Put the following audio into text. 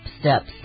steps